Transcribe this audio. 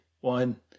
one